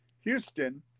Houston